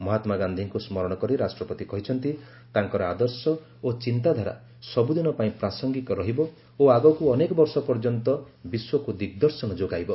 ମହାତ୍ମା ଗାନ୍ଧିଙ୍କୁ ସ୍ମରଣ କରି ରାଷ୍ଟ୍ରପତି କହିଛନ୍ତି ତାଙ୍କର ଆଦର୍ଶ ଓ ଚିନ୍ତାଧାରା ସବୁଦିନ ପାଇଁ ପ୍ରାସଙ୍ଗିକ ରହିବ ଓ ଆଗକୁ ଅନେକ ବର୍ଷ ପର୍ଯ୍ୟନ୍ତ ବିଶ୍ୱକୁ ଦିଗ୍ଦର୍ଶନ ଯୋଗାଇବ